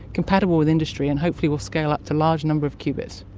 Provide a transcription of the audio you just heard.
compatible with industry and hopefully will scale up to large numbers of qubits.